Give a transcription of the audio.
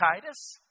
Titus